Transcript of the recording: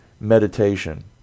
meditation